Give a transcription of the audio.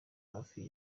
hafi